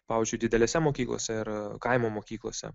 pavyzdžiui didelėse mokyklose ir kaimo mokyklose